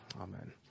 Amen